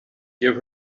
give